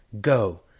go